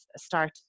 start